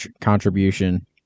contribution